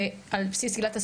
ועל בסיס עילת הסבירות,